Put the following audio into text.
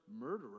murderer